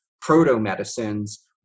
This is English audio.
proto-medicines